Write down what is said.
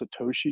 Satoshi